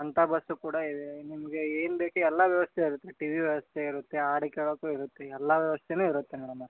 ಅಂಥ ಬಸ್ಸು ಕೂಡ ಇದೆ ನಿಮಗೆ ಏನು ಬೇಕೆ ಎಲ್ಲಾ ವ್ಯವಸ್ಥೆ ಇರತ್ತೆ ರೀ ಟಿ ವಿ ವ್ಯವಸ್ಥೆ ಇರುತ್ತೆ ಆಡ ಕೇಳಕ್ಕು ಇರುತ್ತೆ ಎಲ್ಲ ವ್ಯವಸ್ಥೆನು ಇರುತ್ತೆ ಮೇಡಮ